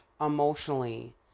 emotionally